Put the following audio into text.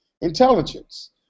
intelligence